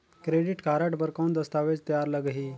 Credit card बर कौन दस्तावेज तैयार लगही?